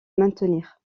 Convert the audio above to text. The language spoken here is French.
maintenir